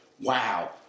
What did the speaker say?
wow